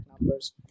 numbers